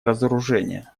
разоружения